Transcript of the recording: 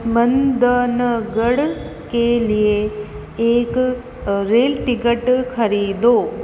मन मंदनगढ़ के लिए एक रेल टिकिट खरीदो